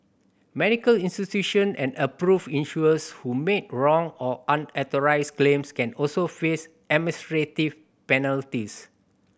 medical institution and approved insurers who make wrong or unauthorised claims can also face administrative penalties